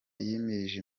yimirije